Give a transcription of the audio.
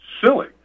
silly